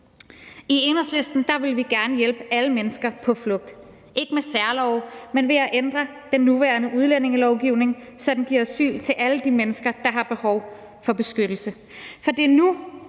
I Enhedslisten vil vi gerne hjælpe alle mennesker på flugt, ikke med særlove, men ved at ændre den nuværende udlændingelovgivning, så den giver asyl til alle de mennesker, der har behov for beskyttelse.